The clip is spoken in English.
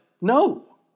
no